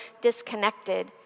disconnected